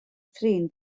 thrin